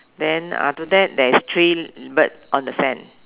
then after that there's three bird on the sand